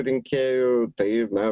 rinkėjų tai na